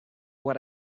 what